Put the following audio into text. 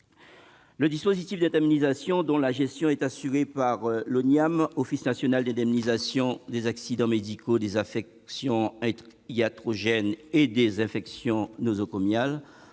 Le dispositif d'indemnisation, dont la gestion est assurée par l'Office national d'indemnisation des accidents médicaux, des affections iatrogènes et des infections nosocomiales